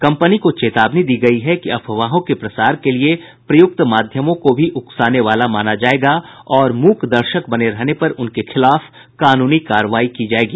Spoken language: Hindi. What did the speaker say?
कंपनी को चेतावनी दी गई है कि अफवाहों के प्रसार के लिए प्रयुक्त माध्यमों को भी उकसाने वाला माना जाएगा और मूक दर्शक बने रहने पर उनके खिलाफ कानूनी कार्रवाई की जाएगी